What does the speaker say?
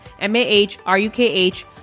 M-A-H-R-U-K-H